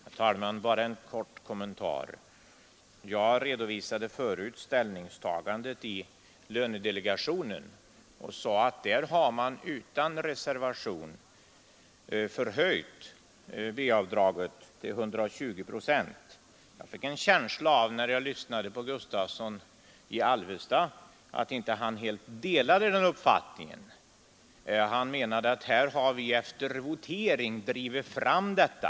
Herr talman! Bara en kort kommentar. Jag redovisade förut ställningstagandet i lönedelegationen och sade att man där utan reservation förhöjt B-avdraget till 120 procent. När jag lyssnade på herr Gustavsson i Alvesta fick jag en känsla av att han inte fullt delade den uppfattningen. Han menade att centerpartiet efter votering drivit fram detta.